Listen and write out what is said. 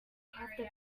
crafted